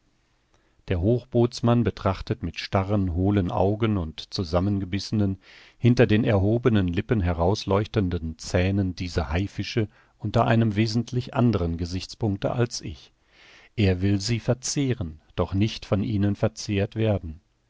der hochbootsmann betrachtet mit starren hohlen augen und zusammengebissenen hinter den erhobenen lippen herausleuchtenden zähnen diese haifische unter einem wesentlich anderen gesichtspunkte als ich er will sie verzehren doch nicht von ihnen verzehrt werden